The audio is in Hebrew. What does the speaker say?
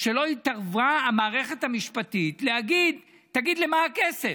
שלא התערבה המערכת המשפטית להגיד: תגיד למה הכסף,